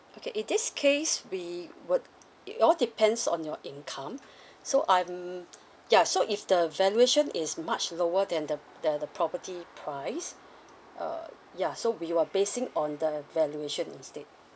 okay in this case we would it all depends on your income so I'm ya so if the valuation is much lower than the p~ the the property price uh ya so we will basing on the valuation instead